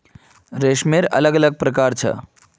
रेशमेर अलग अलग प्रकार छ